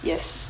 yes